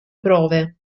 prove